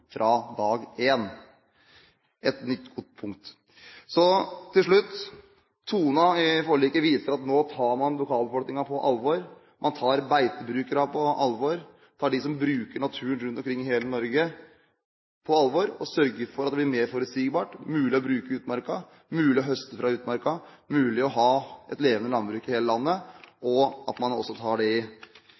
fra dag én. Det er et nytt godt punkt. Så til slutt: Tonen i forliket viser at nå tar man lokalbefolkningen på alvor, man tar beitebrukerne på alvor, og man tar dem som bruker naturen rundt omkring i Norge, på alvor og sørger for at alt blir mer forutsigbart. Det blir mulig å bruke utmarka, mulig å høste fra utmarka, mulig å ha et levende landbruk i hele landet, og man tar også